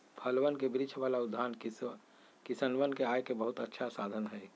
फलवन के वृक्ष वाला उद्यान किसनवन के आय के बहुत अच्छा साधन हई